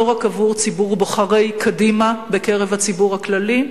לא רק עבור ציבור בוחרי קדימה בקרב הציבור הכללי,